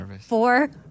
four